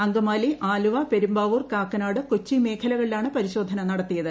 അങ്കമാലി ആലുവ പെരുമ്പാവൂർ കാക്കനാട് കൊച്ചി മേഖലകളിലാണ് പരിശോധന നടത്തിയത്